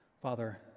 father